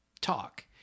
talk